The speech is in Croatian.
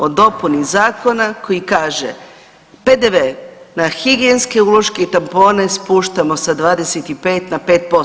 O dopuni zakona koji kaže, PDV na higijenske uloške i tampone spuštamo sa 25 na 5%